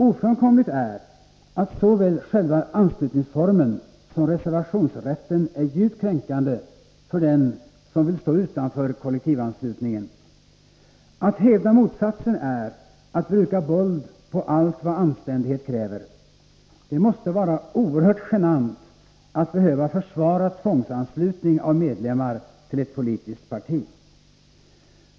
Ofrånkomligt är att såväl själva anslutningsformen som reservationsrätten är djupt kränkande för den som vill stå utanför kollektivanslutningen. Att hävda motsatsen är att bruka våld på allt vad anständighet kräver. Det måste vara oerhört genant att behöva försvara tvångsanslutning av medlemmar till ett politiskt parti.